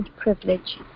privilege